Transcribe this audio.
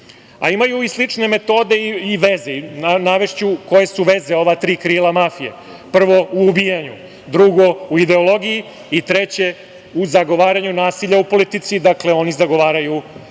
a imaju i slične metode i veze. Navešću koje su veze ova tri krila mafije: prvo, u ubijanju, drugo, u ideologiji i treće, u zagovaranju nasilja u politici, dakle, oni zagovaraju